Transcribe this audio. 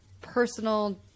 personal